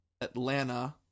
Atlanta